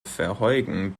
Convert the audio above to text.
verheugen